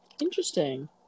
interesting